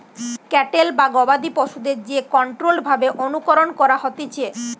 cattle বা গবাদি পশুদের যে কন্ট্রোল্ড ভাবে অনুকরণ করা হতিছে